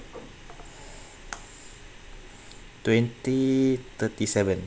twenty thirty seven